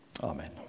Amen